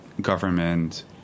government